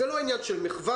זה לא עניין של מחווה,